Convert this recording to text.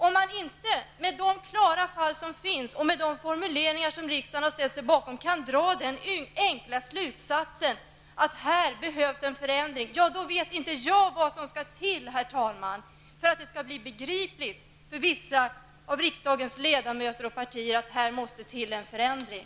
Om man inte med de klara fall som finns och med de formuleringar som riksdagen har ställt sig bakom kan dra den enkla slutsatsen att här behövs en förändring, då vet inte jag vad som skall till, herr talman, för att det skall bli begripligt för vissa av riksdagens ledamöter och partier att här måste det ske en förändring.